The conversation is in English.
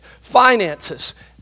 finances